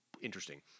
interesting